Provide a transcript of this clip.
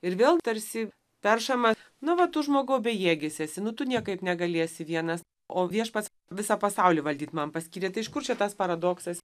ir vėl tarsi peršama nu va tu žmogau bejėgis esi nu tu niekaip negalėsi vienas o viešpats visą pasaulį valdyt man paskyrė tai iš kur čia tas paradoksas